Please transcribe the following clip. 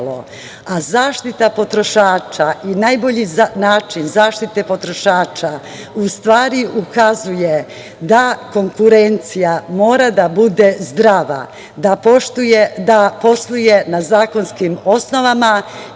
a zaštita potrošača i najbolji način zaštite potrošača u stvari ukazuje da konkurencija mora da bude zdrava, da posluje na zakonskim osnovama